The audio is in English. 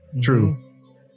True